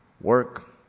work